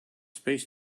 space